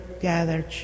gathered